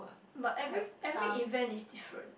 but every every event is different